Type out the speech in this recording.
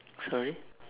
sorry